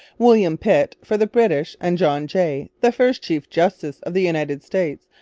william pitt, for the british, and john jay, the first chief justice of the united states,